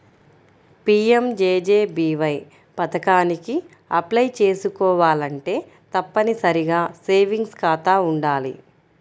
PMJJBY పథకానికి apply చేసుకోవాలంటే తప్పనిసరిగా సేవింగ్స్ ఖాతా వుండాలి